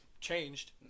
changed